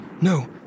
No